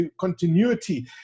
continuity